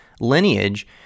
lineage